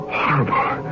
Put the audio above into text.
horrible